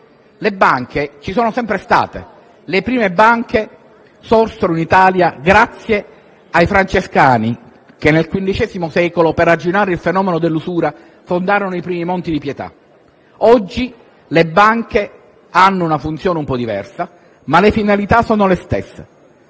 Le banche ci sono sempre state. Le prime banche sorsero in Italia grazie ai Francescani che, nel XV secolo, per arginare il fenomeno dell'usura, fondarono i primi "Monti di pietà". Oggi le banche hanno una funzione un po' diversa, ma le finalità sono le stesse.